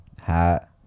hat